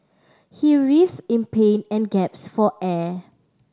he writhed in pain and gasped for air